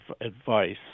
advice